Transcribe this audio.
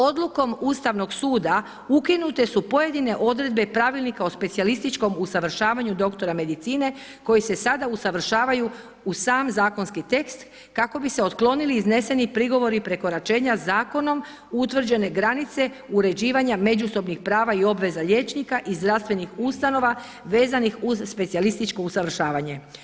Odlukom Ustavnog suda ukinute su pojedine odredbe Pravilnika o specijalističkom usavršavanju doktora medicine koji se sada usavršavaju u sam zakonski tekst kako bi se otklonili izneseni prigovori prekoračenja zakonom utvrđene granice uređivanja međusobnih prava i obveza liječnika iz zdravstvenih ustanova vezanih uz specijalističko usavršavanje.